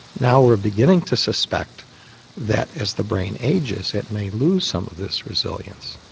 now we're beginning to suspect that as the brain ages it may lose some of this resilience.